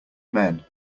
men